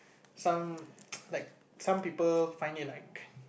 some like some people find it like